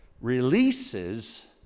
releases